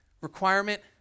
requirement